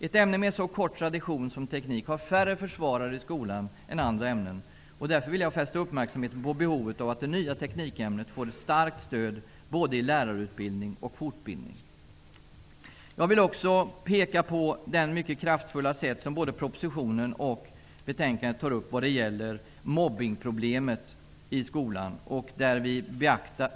Ett ämne med så kort tradition som teknik har färre försvarare i skolan än andra ämnen, och därför vill jag fästa uppmärksamheten på behovet av att det nya teknikämnet får ett starkt stöd både i lärarutbildning och fortbildning. Jag vill också peka på det mycket kraftfulla sätt på vilket problemet med mobbning i skolan tas upp i både propositionen och betänkandet.